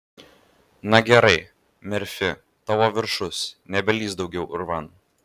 na gerai merfi tavo viršus nebelįsk daugiau urvan